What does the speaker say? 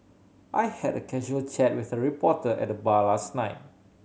I had a casual chat with a reporter at bar last night